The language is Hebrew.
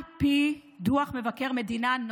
על פי דוח נוסף של מבקר המדינה,